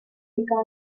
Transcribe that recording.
began